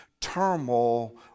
turmoil